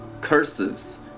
Curses